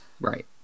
right